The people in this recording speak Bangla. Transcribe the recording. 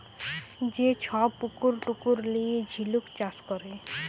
যে ছব পুকুর টুকুর লিঁয়ে ঝিলুক চাষ ক্যরে